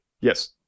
Yes